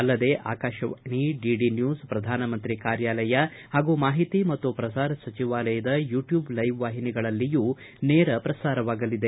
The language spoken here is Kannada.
ಅಲ್ಲದೆ ಆಕಾಶವಾಣಿ ಡಿಡಿ ನ್ಯೂಸ್ ಪ್ರಧಾನಮಂತ್ರಿ ಕಾರ್ಯಾಲಯ ಹಾಗೂ ಮಾಹಿತಿ ಮತ್ತು ಪ್ರಸಾರ ಸಚಿವಾಲಯದ ಯೂಟ್ಟೂಬ್ ಲೈವ್ ವಾಹಿನಿಗಳಲ್ಲಿಯೂ ನೇರ ಪ್ರಸಾರವಾಗಲಿದೆ